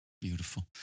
Beautiful